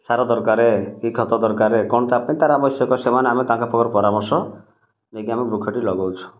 ସାର ଦରକାର କି ଖତ ଦରକାର କ'ଣ ତା ପାଇଁ ତାର ଆବଶ୍ୟକ ସେମାନେ ଆମେ ତାଙ୍କ ପାଖରୁ ପରାମର୍ଶ ନେଇକି ଆମେ ବୃକ୍ଷ ଟି ଲଗଉଛୁ